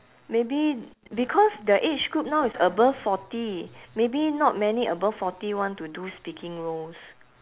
maybe because their age group now is above forty maybe not many above forty want to do speaking roles